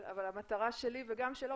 אבל המטרה שלי וגם שלו,